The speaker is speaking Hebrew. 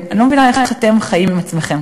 אני לא מבינה איך אתם חיים עם עצמכם.